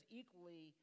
equally